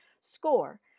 score